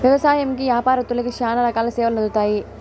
వ్యవసాయంకి యాపారత్తులకి శ్యానా రకాల సేవలు అందుతాయి